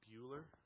Bueller